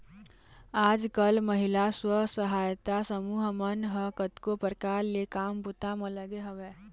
आजकल महिला स्व सहायता समूह मन ह कतको परकार ले काम बूता म लगे हवय